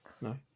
no